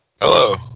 hello